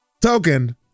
token